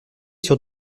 sur